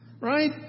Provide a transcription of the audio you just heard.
right